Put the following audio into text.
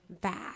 Back